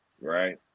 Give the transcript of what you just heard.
right